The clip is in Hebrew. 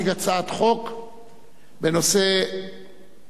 שהנושא של